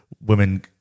women